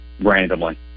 randomly